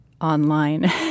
online